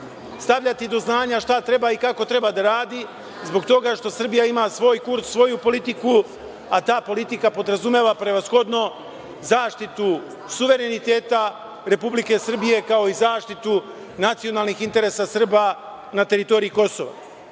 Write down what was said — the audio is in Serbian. stavljati do znanja šta treba i kako treba da radi, zbog toga što Srbija ima svoj kurs, svoju politiku, a ta politika podrazumeva prevashodno zaštitu suvereniteta Republike Srbije, kao i zaštitu nacionalnih interesa Srba na teritoriji